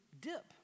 dip